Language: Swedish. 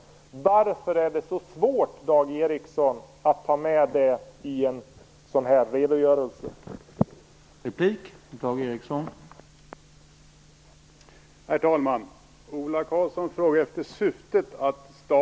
Varför är det så svårt att ta med det i en sådan här redogörelse, Dag Ericson?